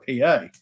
PA